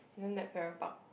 didn't get farrer park